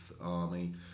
Army